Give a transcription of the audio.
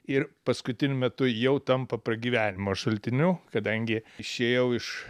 ir paskutiniu metu jau tampa pragyvenimo šaltiniu kadangi išėjau iš